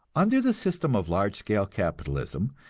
under the system of large scale capitalism,